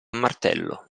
martello